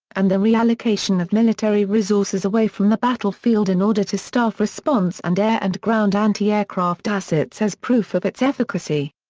and the reallocation of military resources away from the battlefield in order to staff response and air and ground anti-aircraft assets as proof of its efficacy.